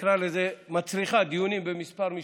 נקרא לזה, מצריכה דיונים בכמה מישורים.